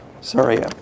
Sorry